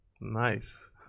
Nice